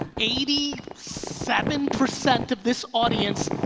eighty seven percent of this audience